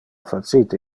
facite